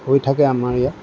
হৈ থাকে আমাৰ ইয়াত